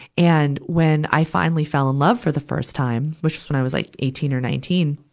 and, when i finally fell in love for the first time, which was when i was like eighteen or nineteen,